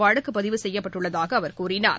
வழக்கு பதிவு செய்யப்பட்டுள்ளதாகக் அவர் கூறினார்